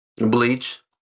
Bleach